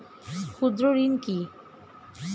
ক্ষুদ্র ঋণ কি?